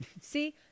See